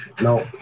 No